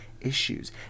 issues